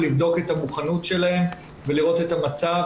לבדוק את המוכנות שלהם ולראות את המצב.